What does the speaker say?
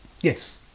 Yes